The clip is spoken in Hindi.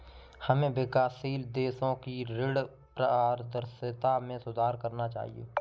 हमें विकासशील देशों की ऋण पारदर्शिता में सुधार करना चाहिए